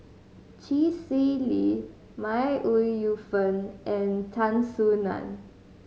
Chee Swee Lee May Ooi Yu Fen and Tan Soo Nan